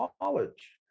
college